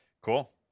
Cool